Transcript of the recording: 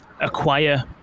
acquire